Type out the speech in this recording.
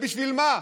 ובשביל מה,